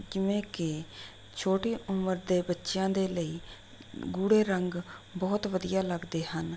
ਜਿਵੇਂ ਕਿ ਛੋਟੀ ਉਮਰ ਦੇ ਬੱਚਿਆਂ ਦੇ ਲਈ ਗੂੜ੍ਹੇ ਰੰਗ ਬਹੁਤ ਵਧੀਆ ਲੱਗਦੇ ਹਨ